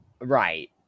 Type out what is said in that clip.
Right